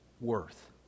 worth